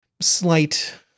slight